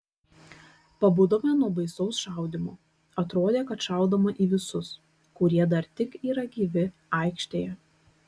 pabudome nuo baisaus šaudymo atrodė kad šaudoma į visus kurie dar tik yra gyvi aikštėje